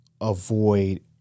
avoid